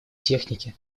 техники